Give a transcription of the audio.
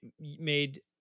made